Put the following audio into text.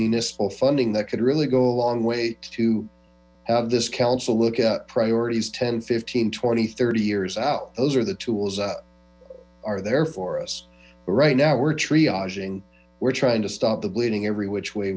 municipal funding that could really go a long way to have this council look at priorities ten fifteen twenty thirty years out those are the tools are there for us but right now we're triaging we're trying to stop the bleeding every which way